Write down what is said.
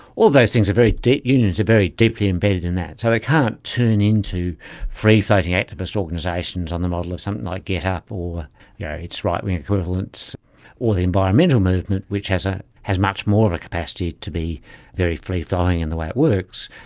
all of those things, unions are very deeply embedded in that. so it can't turn into free-floating activist organisations on the model of something like getup or yeah or its right-wing equivalents or the environmental movement which has ah has much more of a capacity to be very freeflowing in the works,